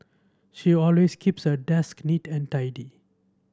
she always keeps her desk neat and tidy